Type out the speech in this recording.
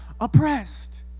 oppressed